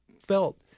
felt